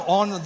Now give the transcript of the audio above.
on